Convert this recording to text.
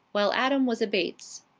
while adam was a bates.